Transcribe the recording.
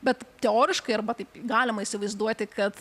bet teoriškai arba taip galima įsivaizduoti kad